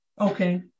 Okay